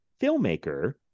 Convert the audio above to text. filmmaker